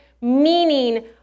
meaning